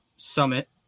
summit